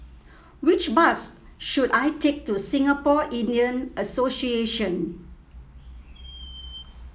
which bus should I take to Singapore Indian Association